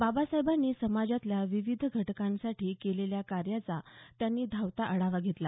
बाबासाहेबांनी समाजातल्या विविध घटकांसाठी केलेल्या कार्याचा त्यांनी धावता आढावा घेतला